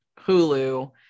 Hulu